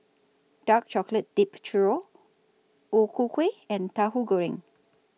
Dark Chocolate Dipped Churro O Ku Kueh and Tahu Goreng